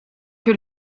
que